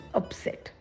upset